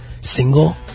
single